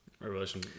Revelation